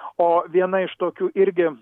o viena iš tokių irgi